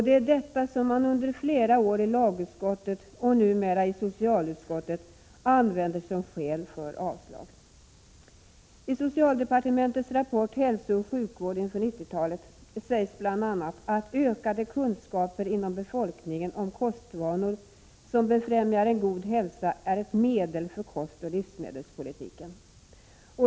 Det är alltså detta som under flera år i lagutskottet och nu i socialutskottet använts som skäl för avstyrkande. I socialdepartementets rapport ”Hälsooch sjukvård inför 90-talet” sägs bl.a. att ”ökade kunskaper inom befolkningen om kostvanor som befrämjar en god hälsa är ett medel för kostoch livsmedelspolitiken”.